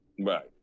Right